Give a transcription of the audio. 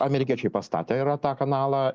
amerikiečiai pastatę yra tą kanalą